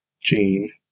Gene